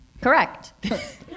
Correct